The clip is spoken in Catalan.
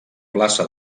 plaça